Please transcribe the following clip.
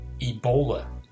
Ebola